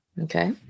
Okay